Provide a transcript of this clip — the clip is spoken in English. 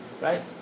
right